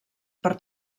per